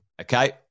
okay